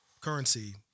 Currency